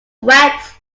wet